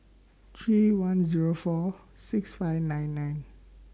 three one Zero four six five nine nine